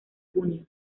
junio